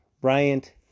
Bryant